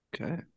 Okay